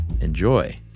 Enjoy